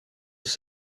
have